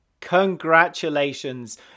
Congratulations